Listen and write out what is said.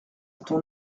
ton